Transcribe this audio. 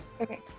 Okay